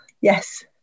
yes